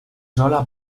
sola